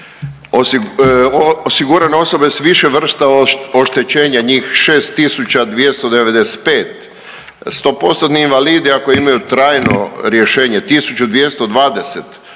osigurane osobe s više vrsta oštećenja njih 6.295, 100% invalidi ako imaju trajno rješenje 1.220,